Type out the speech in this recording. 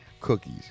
Cookies